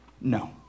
no